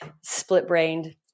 split-brained